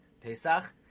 Pesach